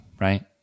Right